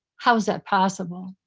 how's that possible?